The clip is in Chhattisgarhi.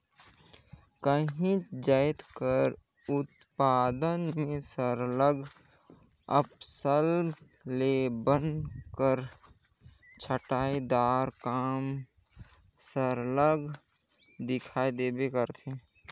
काहींच जाएत कर उत्पादन में सरलग अफसल ले बन कर छंटई दार काम सरलग दिखई देबे करथे